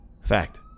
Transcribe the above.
Fact